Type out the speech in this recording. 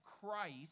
Christ